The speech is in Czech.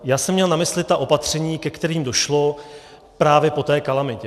Já jsem měl na mysli ta opatření, ke kterým došlo právě po té kalamitě.